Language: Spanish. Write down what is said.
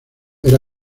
era